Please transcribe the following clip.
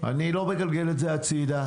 ואני לא מגלגל את זה הצידה.